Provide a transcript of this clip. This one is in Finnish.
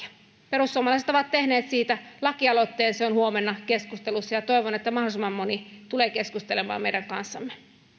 perussuomalaiset ovat tehneet siitä lakialoitteen se on huomenna keskustelussa ja toivon että mahdollisimman moni tulee keskustelemaan meidän kanssamme